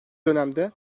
dönemde